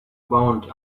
bound